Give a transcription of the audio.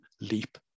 leap